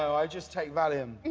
i just take valium.